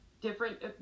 different